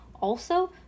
Also